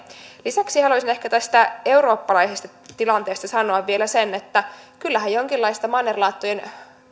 lisäksi haluaisin ehkä tästä eurooppalaisesta tilanteesta sanoa vielä sen että kyllähän jonkinlaista mannerlaattojen